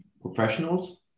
professionals